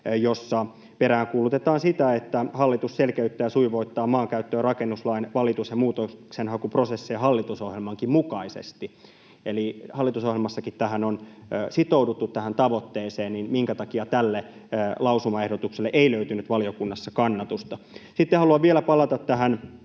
jossa peräänkuulutetaan sitä, että hallitus selkeyttää ja sujuvoittaa maankäyttö- ja rakennuslain valitus- ja muutoksenhakuprosesseja hallitusohjelmankin mukaisesti. Eli kun hallitusohjelmassakin tähän tavoitteeseen on sitouduttu, niin minkä takia tälle lausumaehdotukselle ei löytynyt valiokunnassa kannatusta? Sitten haluan vielä palata tähän